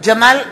ג'מאל זחאלקה,